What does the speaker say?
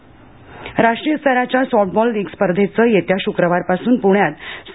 softball राष्ट्रीय स्तराच्या softball league स्पर्धेचं येत्या शुक्रवारपासून पुण्यात स